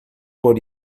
por